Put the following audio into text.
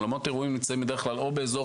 אולמות האירועים נמצאים בדרך כלל או באזור